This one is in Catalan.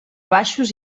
baixos